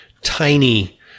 tiny